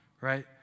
right